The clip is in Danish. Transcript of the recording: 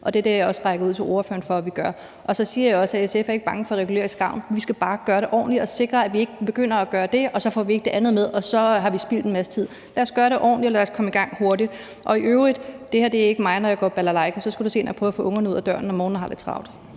Det er det, jeg også rækker ud til ordføreren for at vi gør. Så siger jeg også, at SF ikke er bange for at regulere skarven. Vi skal bare gøre det ordentligt og sikre, at vi ikke begynder at gøre det og så ikke får det andet med og så har spildt en masse tid. Lad os gøre det ordentligt, og lad os komme i gang hurtigt. I øvrigt er det ikke sådan her, jeg ser ud, når jeg går balalajka. Så skulle du se, når jeg prøver at få ungerne ud af døren om morgenen og har lidt travlt.